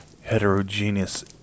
heterogeneous